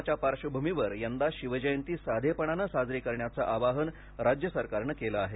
कोरोनाच्या पार्श्वभूमीवर यंदा शिवजयंती साधेपणाने साजरी करण्याचं आवाहन राज्य सरकारनं केलं आहे